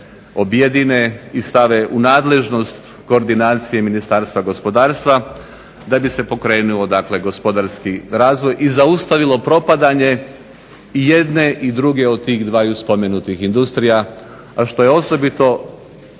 objedine i stave u nadležnost koordinacije Ministarstva gospodarstva da bi se pokrenuo gospodarski razvoj i zaustavilo propadanje i jedne i druge od tih dvaju spomenutih industrija, a što je osobito